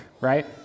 right